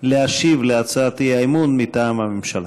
להשיב על הצעת האי-אמון מטעם הממשלה.